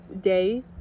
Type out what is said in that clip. day